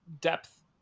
depth